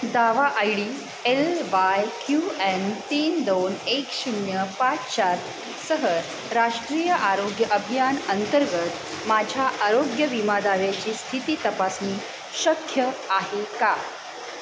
दावा I D L Y Q M तीन दोन एक शून्य पाच चारसह राष्ट्रीय आरोग्य अभियान अंतर्गत माझ्या आरोग्य विमा दाव्याची स्थिती तपासणी शक्य आहे का